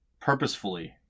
purposefully